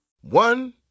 One